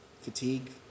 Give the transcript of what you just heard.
fatigue